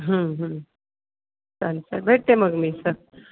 हं हं चालेल सर भेटते मग मी सर